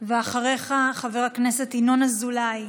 ואחריך, חבר הכנסת ינון אזולאי.